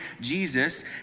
Jesus